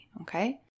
okay